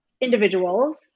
individuals